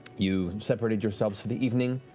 you separated yourselves for the evening,